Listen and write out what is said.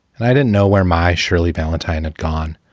and i didn't know where my shirley valentine had gone,